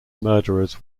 murderers